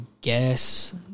guess